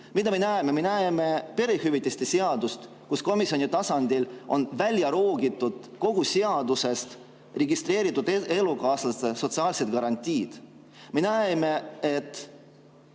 Mida me näeme? Me näeme perehüvitiste seadust, kus komisjoni tasandil on tervest seadusest välja roogitud registreeritud elukaaslaste sotsiaalsed garantiid. Me näeme, et